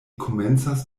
komencas